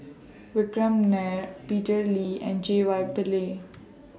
Vikram Nair Peter Lee and J Y Pillay